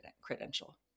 credential